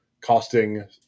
costing